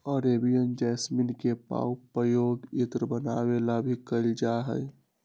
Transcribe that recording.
Arabian jasmine के पउपयोग इत्र बनावे ला भी कइल जाहई